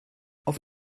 auf